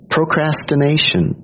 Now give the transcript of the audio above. Procrastination